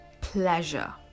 pleasure